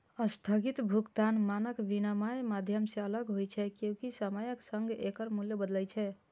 स्थगित भुगतान मानक विनमय माध्यम सं अलग होइ छै, कियैकि समयक संग एकर मूल्य बदलै छै